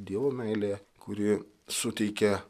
dievo meilėje kuri suteikia